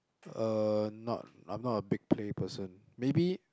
uh not I'm not a big play person maybe